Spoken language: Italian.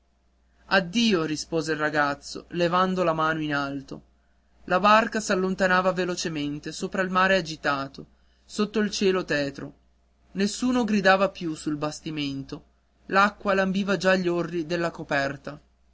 addio rispose il ragazzo levando la mano in alto la barca s'allontanava velocemente sopra il mare agitato sotto il cielo tetro nessuno gridava più sul bastimento l'acqua lambiva già gli orli della coperta